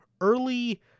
early